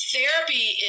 Therapy